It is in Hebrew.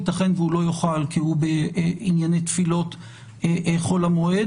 ייתכן שהוא לא יוכל כי הוא בענייני תפילות חול המועד,